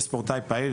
יש ספורטאי פעיל,